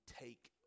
take